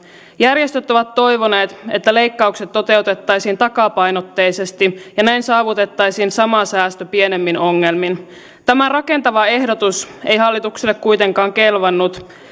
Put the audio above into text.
järjestöt ovat toivoneet että leikkaukset toteutettaisiin takapainotteisesti ja näin saavutettaisiin sama säästö pienemmin ongelmin tämä rakentava ehdotus ei hallitukselle kuitenkaan kelvannut